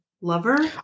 lover